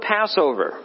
Passover